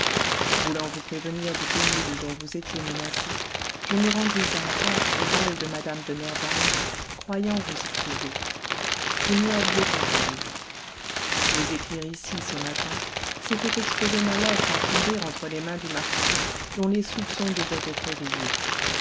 voulant vous prévenir du péril dont vous étiez menacée je me rendis à la hâte au bal de mme de nerval croyant vous y trouver vous n'y aviez pas paru vous écrire ici ce matin c'était exposer ma lettre à tomber entre les mains du marquis dont les soupçons devaient être éveillés